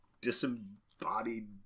disembodied